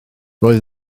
roedd